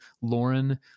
Lauren